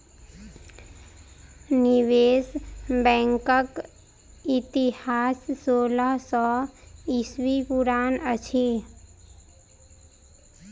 निवेश बैंकक इतिहास सोलह सौ ईस्वी पुरान अछि